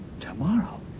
tomorrow